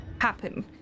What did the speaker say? happen